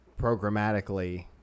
programmatically